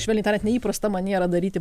švelniai tariant neįprasta maniera daryti